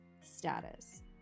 status